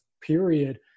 period